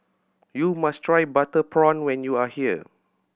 you must try butter prawn when you are here